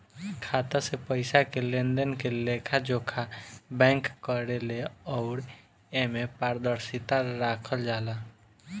खाता से पइसा के लेनदेन के लेखा जोखा बैंक करेले अउर एमे पारदर्शिता राखल जाला